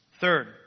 Third